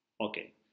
Okay